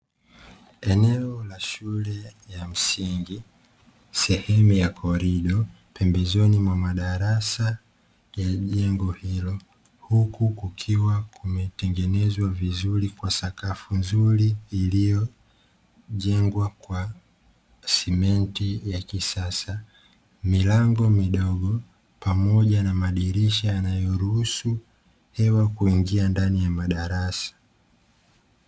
Eneo la shule ya msingi sehemu ya korido pembezoni mwa madarasa ya jengo hilo, huku kukiwa kumetengenezwa vizuri kwa sakafu nzuri iliyojengwa kwa "simenti " ya kisasa milango midogo pamoja na madirisha yanayoruhusu hewa kuingia ndani ya madarasa.